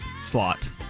slot